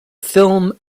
film